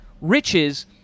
riches